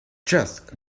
just